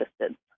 assistance